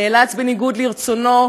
נאלץ בניגוד לרצונו,